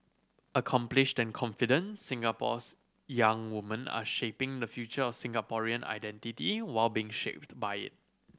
accomplished and confident Singapore's young woman are shaping the future of Singaporean identity while being shaped by it